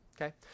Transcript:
okay